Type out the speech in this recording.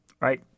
right